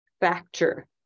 factor